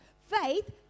Faith